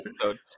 episode